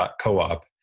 .coop